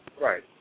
right